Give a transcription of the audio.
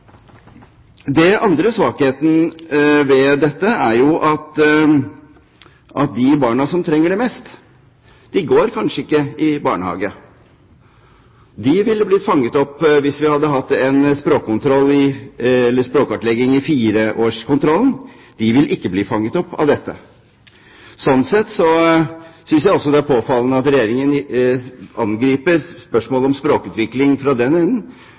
Den andre svakheten ved dette er jo at de barna som trenger det mest, går kanskje ikke i barnehage. De ville ha blitt fanget opp hvis vi hadde hatt en språkkartlegging i fireårskontrollen. De vil ikke bli fanget opp av dette. Slik sett synes jeg også det er påfallende at Regjeringen angriper spørsmålet om språkutvikling fra den